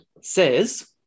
says